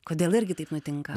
kodėl irgi taip nutinka